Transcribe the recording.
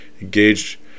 engaged